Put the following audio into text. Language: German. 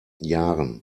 jahren